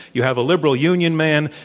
you have a liberal union man.